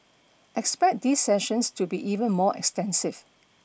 expect these sessions to be even more extensive